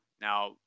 Now